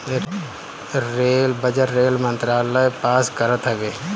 rail budget rail मंत्रालय पास करत हवे